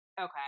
Okay